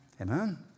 Amen